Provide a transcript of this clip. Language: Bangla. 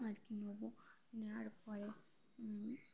আর কি নেব নেওয়ার পরে